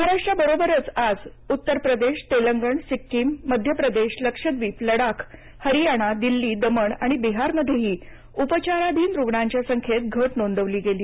महाराष्ट्रा बरोबरच आज उत्तरप्रदेश तेलंगण सिक्कीम मध्यप्रदेशलक्षद्वीप लडाख हरियाणा दिल्ली दमण आणि बिहारमध्येही उपचारधिन रुग्णांच्या संख्येत घट नोंदवली गेली